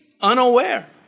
unaware